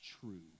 true